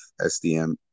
SDM